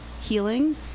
healing